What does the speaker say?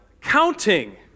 counting